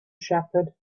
shepherd